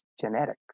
genetics